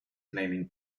claiming